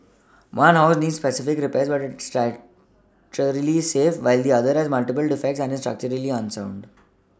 one house needs specific repairs but is structurally safe while the other has multiple defects and is unsound